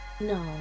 no